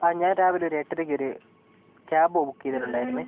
ആ ഞാൻ രാവിലെ ഒരു എട്ടരയ്ക്കൊരു ക്യാബ് ബുക്ക് ചെയ്തിട്ടുണ്ടായിരുന്നേ